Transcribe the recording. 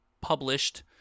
published